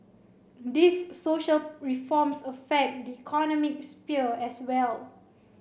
these social reforms affect the economic sphere as well